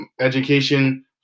Education